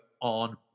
on